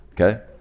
okay